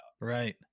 Right